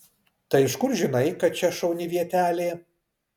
tai iš kur žinai kad čia šauni vietelė